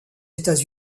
états